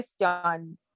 question